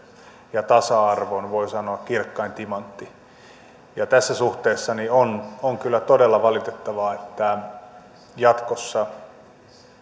ja tasa arvomme voi sanoa kirkkain timantti tässä suhteessa on on kyllä todella valitettavaa että jatkossa